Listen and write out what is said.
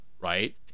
right